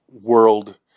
world